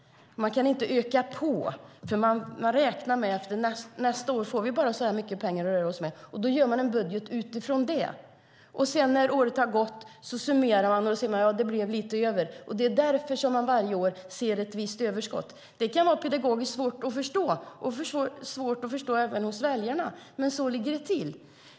De kan inte öka på. De räknar med: Nästa år får vi bara så här mycket pengar att röra oss med. Då gör de en budget utifrån det. När året har gått summerar de och ser att det blir lite över. Det är därför som man varje år ser ett visst överskott. Det kan vara pedagogiskt svårt att förstå och svårt att förstå även hos väljarna. Men så ligger det till.